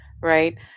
Right